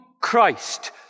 Christ